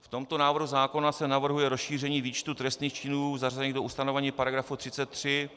V tomto návrhu zákona se navrhuje rozšíření výčtu trestných činů, zařazených do ustanovení § 33...